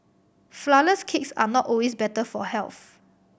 flourless cakes are not always better for health